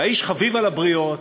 והאיש חביב על הבריות,